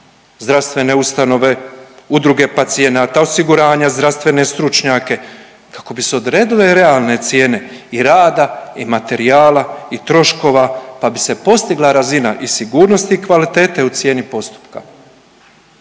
zdravstvene ustanove, udruge pacijenata, osiguranja, zdravstvene stručnjake kako bi se odredile realne cijene i rada i materijala i troškova pa bi se postigla razina i sigurnosti i kvalitete u cijeni postupka.